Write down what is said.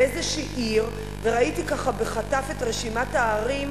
באיזושהי עיר, וראיתי בחטף את רשימת הערים,